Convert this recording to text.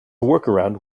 workaround